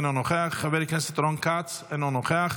אינו נוכח,